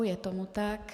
Je tomu tak.